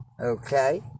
okay